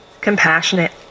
compassionate